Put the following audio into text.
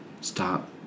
stop